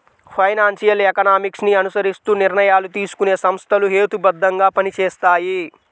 financial economics ని అనుసరిస్తూ నిర్ణయాలు తీసుకునే సంస్థలు హేతుబద్ధంగా పనిచేస్తాయి